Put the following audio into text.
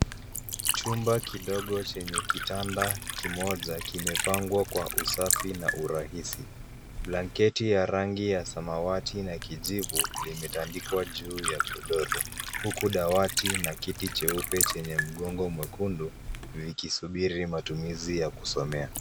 Chumba kidogo chenye kitanda kimoja kimepangwa kwa usafi na kwa urahisi. Blanketi ya rangi ya samawati na kijivu limetandikwa juu ya godoro, huku dawati na kiti cheupe chenye mgongo mwekundu vikisubiri matumizi ya kusomea.